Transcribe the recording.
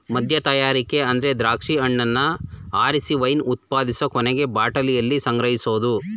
ಮದ್ಯತಯಾರಿಕೆ ಅಂದ್ರೆ ದ್ರಾಕ್ಷಿ ಹಣ್ಣನ್ನ ಆರಿಸಿ ವೈನ್ ಉತ್ಪಾದಿಸಿ ಕೊನೆಗೆ ಬಾಟಲಿಯಲ್ಲಿ ಸಂಗ್ರಹಿಸೋದು